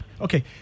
Okay